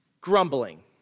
grumbling